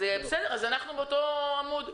אוקיי, אז אנחנו באותו עמוד.